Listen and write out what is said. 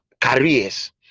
careers